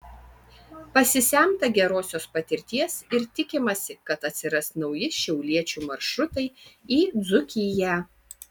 pasisemta gerosios patirties ir tikimasi kad atsiras nauji šiauliečių maršrutai į dzūkiją